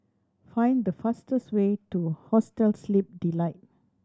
find the fastest way to Hostel Sleep Delight